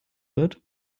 wird